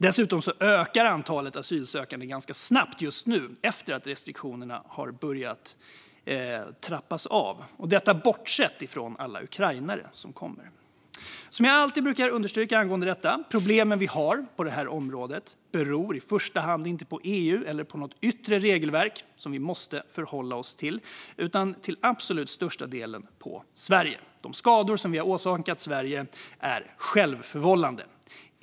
Dessutom ökar antalet asylsökande ganska snabbt just nu efter att restriktionerna har börjat trappas av, även bortsett från alla ukrainare som kommer. Som jag alltid brukar understryka angående detta beror de problem vi har på det här området inte i första hand på EU eller på något yttre regelverk som vi måste förhålla oss till utan till absolut största delen på Sverige. De skador vi har åsamkat Sverige är självförvållade.